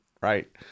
right